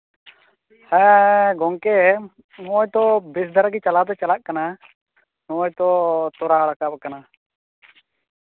ᱦᱮᱸ ᱜᱚᱝᱠᱮ ᱦᱚᱸᱜᱼᱚᱭ ᱛᱚ ᱵᱮᱥ ᱫᱷᱟᱨᱟ ᱜᱮ ᱪᱟᱞᱟᱣ ᱫᱚ ᱪᱟᱞᱟᱜ ᱠᱟᱱᱟ ᱦᱚᱸᱜᱼᱚᱭ ᱛᱚ ᱛᱚᱨᱟᱣ ᱨᱟᱠᱟᱵ ᱟᱠᱟᱱᱟ